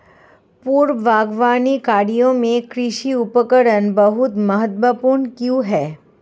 पूर्व बागवानी कार्यों में कृषि उपकरण बहुत महत्वपूर्ण क्यों है?